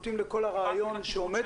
אנחנו בעצם חוטאים לכל הרעיון שעומד